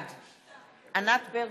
בעד ענת ברקו,